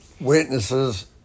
witnesses